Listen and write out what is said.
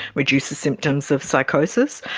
reduces symptoms of psychosis,